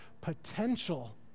potential